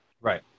Right